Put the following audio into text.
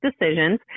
decisions